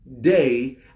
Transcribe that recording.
day